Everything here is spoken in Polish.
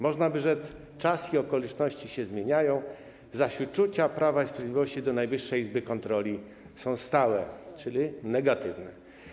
Można by rzec, że czas i okoliczności się zmieniają, zaś uczucia Prawa i Sprawiedliwości do Najwyższej Izby Kontroli są stałe, czyli negatywne.